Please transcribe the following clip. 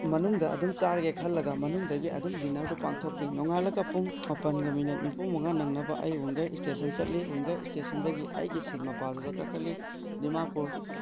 ꯃꯅꯨꯡꯗ ꯑꯗꯨꯝ ꯆꯥꯔꯒꯦ ꯈꯜꯂꯒ ꯃꯅꯨꯡꯗꯒꯤ ꯑꯗꯨꯝ ꯗꯤꯅꯔꯗꯨ ꯄꯥꯡꯊꯣꯛꯈꯤ ꯅꯣꯡꯉꯥꯜꯂꯒ ꯄꯨꯡ ꯃꯥꯄꯜꯒ ꯃꯤꯅꯠ ꯅꯤꯐꯨꯃꯉꯥ ꯅꯪꯅꯕ ꯑꯩ ꯋꯤꯡꯒꯔ ꯁ꯭ꯇꯦꯁꯟ ꯆꯠꯂꯤ ꯋꯤꯡꯒꯔ ꯁ꯭ꯇꯦꯁꯟꯗꯒꯤ ꯑꯩꯒꯤ ꯁꯤꯠ ꯃꯄꯥꯗ ꯀꯥꯈꯠꯂꯤ ꯗꯤꯃꯥꯄꯨꯔ